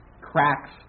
Cracks